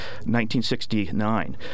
1969